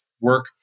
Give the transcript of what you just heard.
work